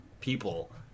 people